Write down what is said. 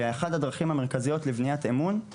ואחת הדרכים המרכזיות לבניית אמון היא